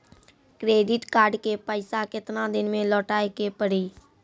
Credit card के पैसा केतना दिन मे लौटाए के पड़ी?